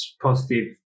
positive